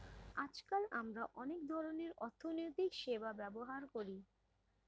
আজকাল আমরা অনেক ধরনের অর্থনৈতিক সেবা ব্যবহার করি